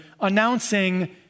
announcing